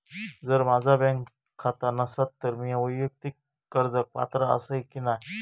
जर माझा बँक खाता नसात तर मीया वैयक्तिक कर्जाक पात्र आसय की नाय?